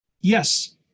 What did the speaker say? yes